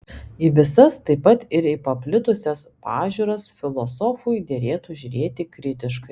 į visas taip pat ir į paplitusias pažiūras filosofui derėtų žiūrėti kritiškai